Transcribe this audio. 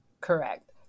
Correct